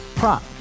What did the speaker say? Prop